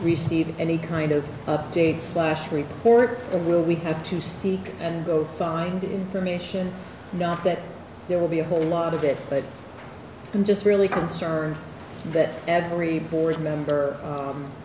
receive any kind of updates last report or will we have to seek and find information not that there will be a whole lot of it but i'm just really concerned that every board